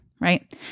right